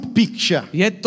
picture